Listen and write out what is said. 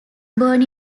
born